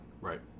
Right